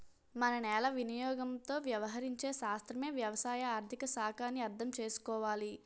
మన నేల వినియోగంతో వ్యవహరించే శాస్త్రమే వ్యవసాయ ఆర్థిక శాఖ అని అర్థం చేసుకోవాలి